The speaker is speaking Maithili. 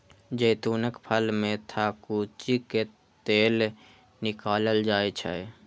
जैतूनक फल कें थकुचि कें तेल निकालल जाइ छै